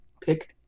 Pick